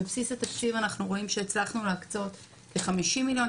בבסיס התקציב הצלחנו להקשות כ-50 מיליון.